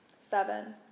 Seven